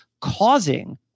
causing